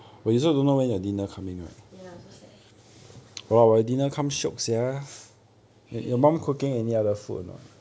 ya so sad